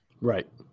Right